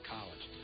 College